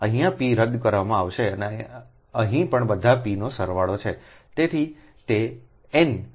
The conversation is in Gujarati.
અહીંયા P રદ કરવામાં આવશે અહીં પણ બધા P નો સરવાળો છે